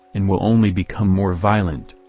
and will only become more violent.